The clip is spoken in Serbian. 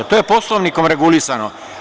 To je Poslovnikom regulisano.